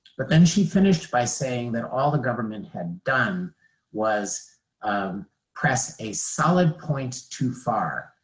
but then she finished by saying that all the government had done was um press a solid point too far,